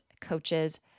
coaches